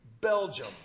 Belgium